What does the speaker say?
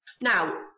Now